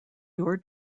your